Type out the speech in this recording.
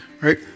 right